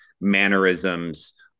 mannerisms